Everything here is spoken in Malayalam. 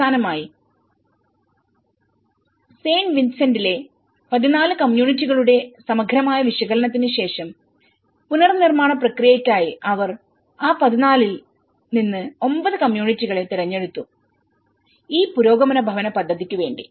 അവസാനമായി സാൻ വിസെന്റിലെ 14 കമ്മ്യൂണിറ്റികളുടെ സമഗ്രമായ വിശകലനത്തിന് ശേഷം പുനർനിർമ്മാണ പ്രക്രിയയ്ക്കായി അവർ ആ 14 ലിൽ നിന്ന് 9 കമ്മ്യൂണിറ്റികളെതിരഞ്ഞെടുത്തുഈ പുരോഗമന ഭവന പദ്ധതിക്ക് വേണ്ടി